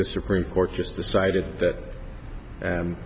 the supreme court just decided that